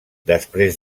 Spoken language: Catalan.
després